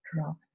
drop